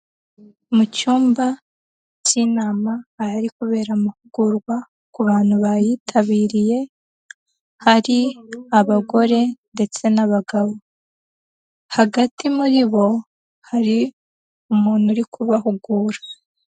Mu cyumba cy'inama ahari kubera amahugurwa ku bantu bayitabiriye, hari abagore ndetse n'abagabo, hagati muri bo hari umuntu uri kubahugura.